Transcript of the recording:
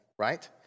right